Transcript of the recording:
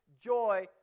joy